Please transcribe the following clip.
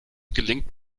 gelingt